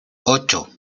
ocho